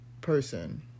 person